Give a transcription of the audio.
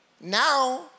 Now